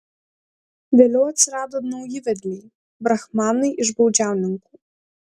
vėliau atsirado nauji vedliai brahmanai iš baudžiauninkų